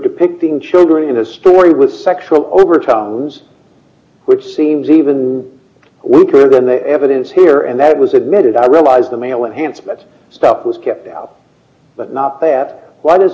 depicting children in a story with sexual overtones which seems even weaker than the evidence here and that was admitted i realize the male enhancement stuff was kept but not that